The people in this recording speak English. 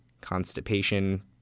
constipation